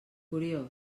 curiós